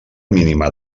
mínima